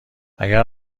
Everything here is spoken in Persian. اگر